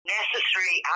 necessary